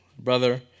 Brother